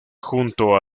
junto